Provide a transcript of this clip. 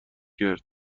کرد